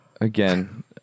again